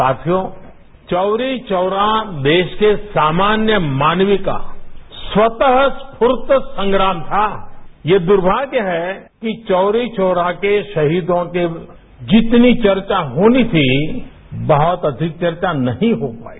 साथियों चौरी चौरा देश के सामान्य मानवीय का स्वतरू स्फूर्त संग्राम ये दुर्भाग्य है कि चौरी चौरा के शहीदों की जितनी चर्चा होनी थी बहत अधिक चर्चा नहीं हो पाई